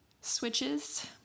switches